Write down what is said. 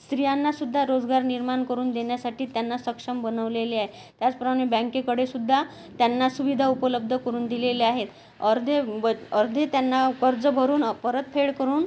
स्त्रियांनासुद्धा रोजगार निर्माण करून देण्यासाठी त्यांना सक्षम बनवलेले आहे त्याचप्रमाणे बँकेकडेसुद्धा त्यांना सुविधा उपलब्ध करून दिलेल्या आहेत अर्धे व अर्धे त्यांना कर्ज भरून परतफेड करून